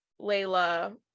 Layla